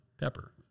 pepper